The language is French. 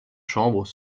chambres